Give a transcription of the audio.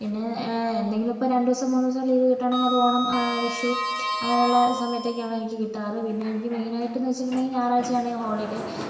പിന്നേ എന്തെങ്കിലുമിപ്പോൾ രണ്ടു ദിവസം മൂന്നു ദിവസം ലീവ് കിട്ടണമെങ്കിൽ അതിപ്പോൾ ഓണം വിഷു അങ്ങനെയുള്ള സമയത്തൊക്കെയാണ് എനിക്ക് കിട്ടാറ് പിന്നേ എനിക്ക് മെയിനായിട്ടെന്ന് വെച്ചിട്ടുണ്ടെങ്കിൽ ഞായറാഴ്ചയാണ് ഹോളിഡേ